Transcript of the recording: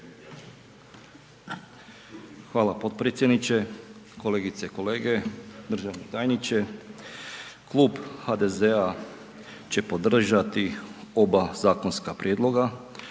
Hvala potpredsjedniče, kolegice i kolege, državni tajniče. Klub HDZ-a će podržati oba zakonska prijedloga